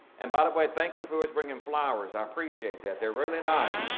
and by the way, thank you for always bringing flowers. i appreciate that. they're really nice.